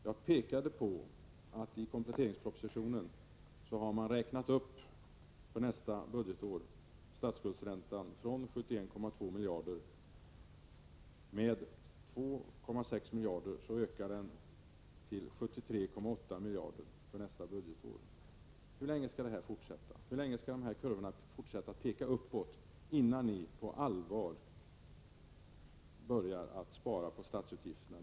Jag påpekade också att man i kompletteringspropositionen har räknat upp statsskuldräntan från 71,2 miljarder med 2,6 miljarder till 73,8 miljarder för nästa budgetår. Hur länge skall detta fortsätta? Hur länge skall kurvorna fortsätta att peka uppåt, innan ni på allvar börjar spara på statsutgifterna?